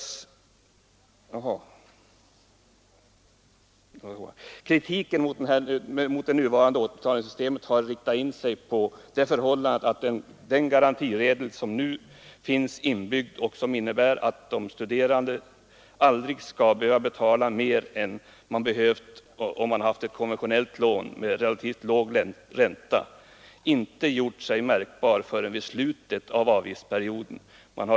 Kritiken mot det nuvarande återbetalningssystemet har inriktats på det förhållandet att den garantiregel som finns inbyggd i systemet och som innebär att de studerande aldrig skall behöva betala tillbaka mer än de skulle ha gjort om de hade haft ett konventionellt lån med relativt låg ränta inte har gjort sig märkbar förrän vid slutet av avgiftsperioden.